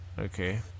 Okay